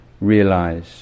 realize